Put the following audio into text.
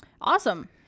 Awesome